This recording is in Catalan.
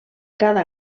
cada